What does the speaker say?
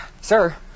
Sir